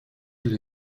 для